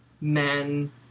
men